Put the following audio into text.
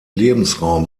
lebensraum